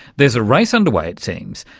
there's a race underway, it seems,